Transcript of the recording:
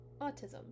Autism